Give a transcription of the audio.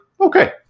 okay